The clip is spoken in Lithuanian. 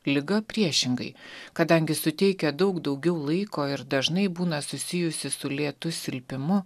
liga priešingai kadangi suteikia daug daugiau laiko ir dažnai būna susijusi su lėtu silpimu